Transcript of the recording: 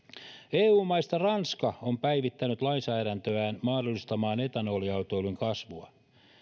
eu maista ranska on päivittänyt lainsäädäntöään mahdollistamaan etanoliautoilun kasvua